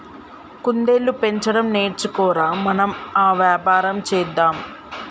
కుందేళ్లు పెంచడం నేర్చుకో ర, మనం ఆ వ్యాపారం చేద్దాం